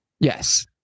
Yes